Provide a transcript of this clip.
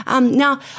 Now